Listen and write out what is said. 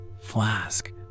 flask